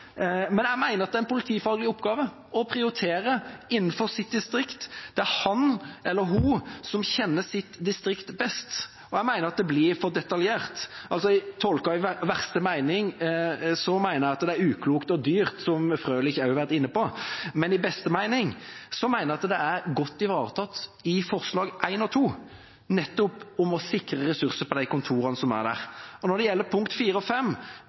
men jeg mener det er en politifaglig oppgave å prioritere innenfor sitt distrikt. Det er han/hun som kjenner sitt distrikt best. Jeg mener det blir for detaljert. Tolket i verste mening mener jeg det er uklokt og dyrt, som Frølich også har vært inne på, men i beste mening mener jeg det er godt ivaretatt i forslag til vedtak I og II, om nettopp å sikre ressursene på de kontorene som er. Til punktene IV og V: Når jeg hørte representanten Petter Eide fra SV, er det en morsom motsetning mellom Senterpartiet og